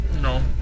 No